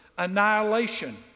Annihilation